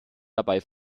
dabei